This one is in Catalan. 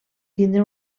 tindre